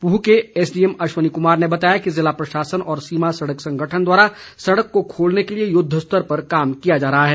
पूह के एसडीएम अश्वनी कुमार ने बताया कि ज़िला प्रशासन और सीमा सड़क संगठन द्वारा सड़क को खोलने के लिए युद्ध स्तर पर कार्य किया जा रहा है